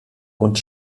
und